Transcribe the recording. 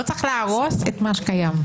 לא צריך להרוס את מה שקיים.